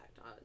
on